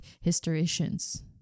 historians